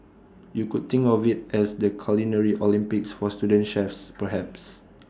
you could think of IT as the culinary Olympics for student chefs perhaps